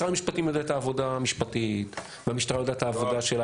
משרד המשפטים יודע את העבודה המשפטית והמשטרה יודעת את העבודה שלה.